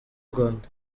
rwanda